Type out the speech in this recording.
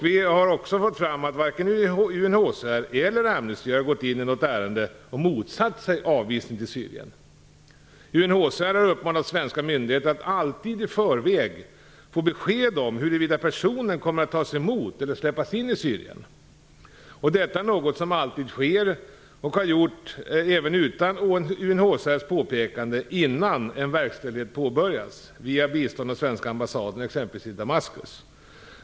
Vi har också fått fram att varken UNHCR eller Amnesty har ingripit i något ärende och motsatt sig avvisning till Syrien. UNHCR har uppmanat svenska myndigheter att alltid i förväg ta reda på om en person kommer att släppas in i Syrien. Detta är något som har skett och alltid sker, även utan UNHCR:s påpekande, innan en verkställighet påbörjas, exempelvis via bistånd av svenska ambassaden i Damaskus.